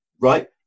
right